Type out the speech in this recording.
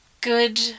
good